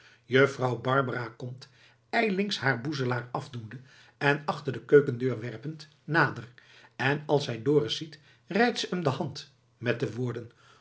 juffrouw barbara komt ijlings haar boezelaar afdoende en achter de keukendeur werpend nader en als zij dorus ziet reikt ze hem de hand met de woorden